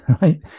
right